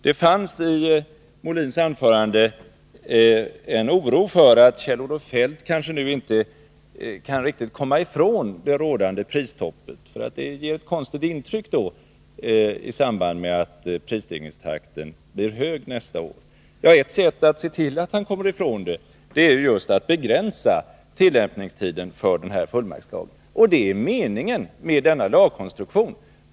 Det fanns i Björn Molins anförande en oro för att Kjell-Olof Feldt kanske nu inte riktigt kan komma ifrån det rådande prisstoppet; det skulle ge ett konstigt intryck i samband med att prisstegringstakten nästa år blir hög. Ett sätt att se till att han kommer ifrån det är just att begränsa tillämpningstiden för den här fullmaktslagen, och det är meningen med denna lagkonstruktion.